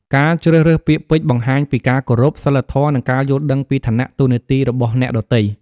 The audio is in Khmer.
ការជ្រើសរើសពាក្យពេចន៍បង្ហាញពីការគោរព សីលធម៌ និងការយល់ដឹងពីឋានៈតួនាទីរបស់អ្នកដទៃ។